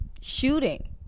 shooting